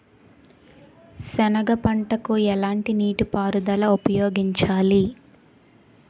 సెనగ పంటకు ఎలాంటి నీటిపారుదల ఉపయోగించాలి?